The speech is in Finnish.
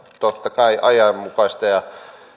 totta kai ajanmukaistaa ja